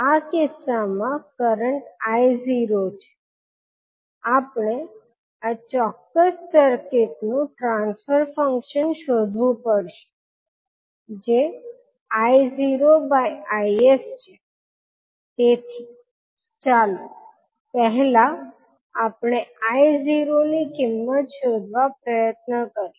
આ કિસ્સામાં કરંટ 𝐼0 છે આપણે આ ચોક્કસ સર્કિટનું ટ્રાન્સ્ફર ફંક્શન શોધવુ પડશે જે 𝐼0𝐼𝑠 છે તેથી ચાલો પહેલા આપણે 𝐼0 ની કિંમત શોધવા પ્રયત્ન કરીએ